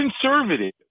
conservative